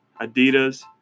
adidas